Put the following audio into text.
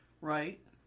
Right